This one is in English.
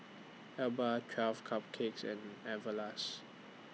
Alba twelve Cupcakes and Everlast